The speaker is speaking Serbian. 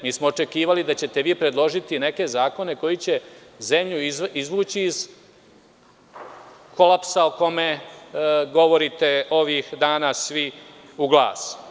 Mi smo očekivali da ćete vi predložiti neke zakone koji će zemlju izvući iz kolapsa o kome govorite ovih dana svi u glas.